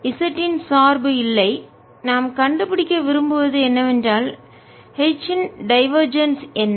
Z இன் சார்பு இல்லை நாம் கண்டுபிடிக்க விரும்புவது என்னவென்றால் H இன் டைவர்ஜென்ஸ் என்ன